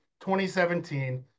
2017